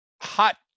hot